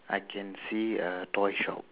I can see a toy shop